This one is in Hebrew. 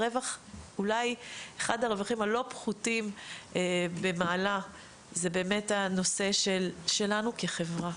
ואחד הרווחים הלא פחותים במעלה הוא הנושא שלנו כחברה